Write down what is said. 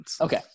okay